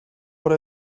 what